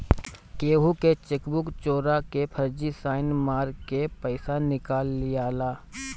केहू के चेकबुक चोरा के फर्जी साइन मार के पईसा निकाल लियाला